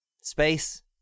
space